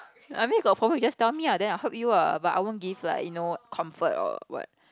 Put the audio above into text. I mean got problem you just tell me ah then I just help you ah but I won't give like you know comfort or what